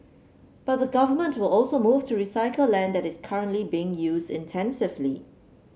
but the Government will also move to recycle land that is currently being used intensively